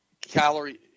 calorie